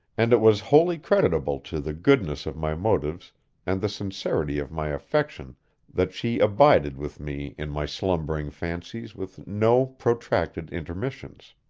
and it was wholly creditable to the goodness of my motives and the sincerity of my affection that she abided with me in my slumbering fancies with no protracted intermissions.